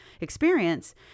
experience